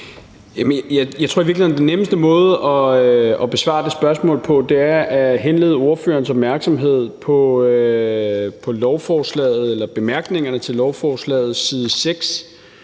Jeg tror i virkeligheden, at den nemmeste måde at besvare det spørgsmål på, er at henlede spørgerens opmærksomhed på bemærkningerne til lovforslaget, side 6,